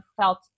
felt